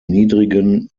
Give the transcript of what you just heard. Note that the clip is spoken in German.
niedrigen